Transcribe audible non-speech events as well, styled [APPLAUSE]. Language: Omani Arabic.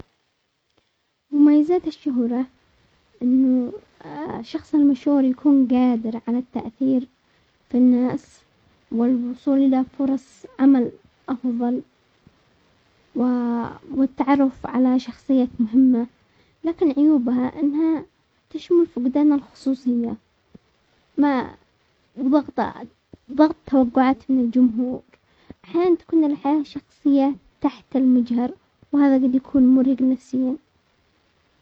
مميزات الشهرة انه [HESITATION] الشخص المشهور يكون قادر على التأثير في الناس والوصول الى فرص عمل افضل والتعرف على شخصيات مهمة، لكن عيوبها انها تشوف فقدان الخصوصية، ما ضغط-ضغط توقعات من الجمهور، احيانا تكون الحياة الشخصية تحت المجهر، وهذا قد يكون مرهق نفسيا.